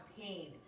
pain